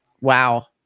Wow